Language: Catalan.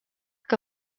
que